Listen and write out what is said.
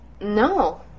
No